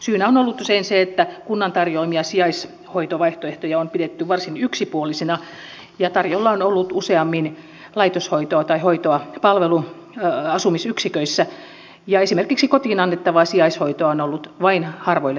syynä on ollut usein se että kunnan tarjoamia sijaishoitovaihtoehtoja on pidetty varsin yksipuolisina ja tarjolla on ollut useammin laitoshoitoa tai hoitoa palveluasumisyksiköissä ja esimerkiksi kotiin annettavaa sijaishoitoa on ollut vain harvoille tarjolla